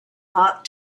hot